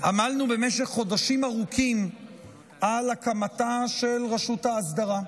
עמלנו במשך חודשים ארוכים על הקמתה של רשות האסדרה.